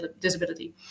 disability